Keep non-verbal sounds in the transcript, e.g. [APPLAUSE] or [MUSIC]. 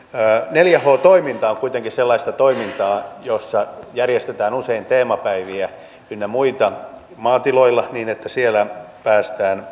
neljä h toiminta on kuitenkin sellaista toimintaa jossa järjestetään usein teemapäiviä ynnä muita maatiloilla niin että siellä päästään [UNINTELLIGIBLE]